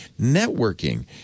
Networking